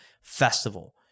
festival